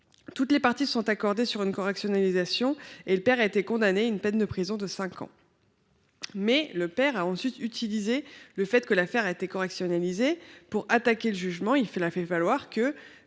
toutes les parties se sont accordées sur une correctionnalisation de l’affaire, le père a été condamné à une peine de prison de cinq ans, mais il a ensuite utilisé le fait que l’affaire avait été correctionnalisée pour attaquer le jugement : il a ainsi fait valoir que